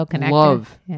love